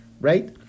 right